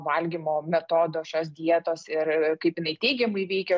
valgymo metodo šios dietos ir kaip jinai teigiamai veikia